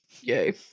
yay